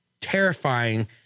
terrifying